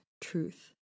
truth